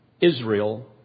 Israel